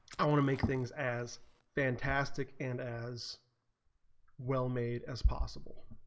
make things as fantastic and as well made as possible